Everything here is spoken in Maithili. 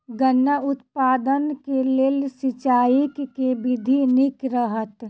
गन्ना उत्पादन केँ लेल सिंचाईक केँ विधि नीक रहत?